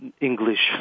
English